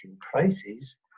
prices